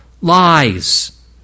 lies